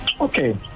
Okay